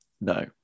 No